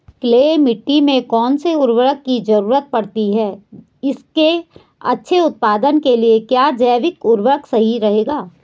Clay मिट्टी में कौन से उर्वरक की जरूरत पड़ती है इसके अच्छे उत्पादन के लिए क्या जैविक उर्वरक सही रहेगा?